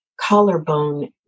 collarbone